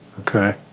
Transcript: okay